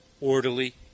orderly